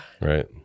Right